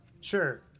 sure